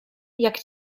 jak